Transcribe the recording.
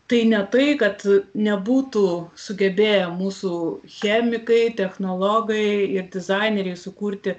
tai ne tai kad nebūtų sugebėję mūsų chemikai technologai ir dizaineriai sukurti